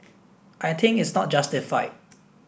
I think is not justified